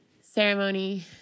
ceremony